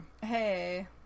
Hey